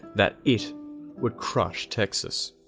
that it would crush, texas